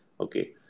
okay